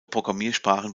programmiersprachen